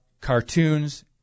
cartoons